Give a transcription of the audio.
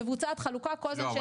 מבוצעת חלוקה כל זמן ש --- לא,